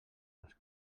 els